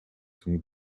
zum